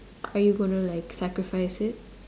are you going to like sacrifice it